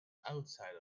outside